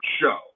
show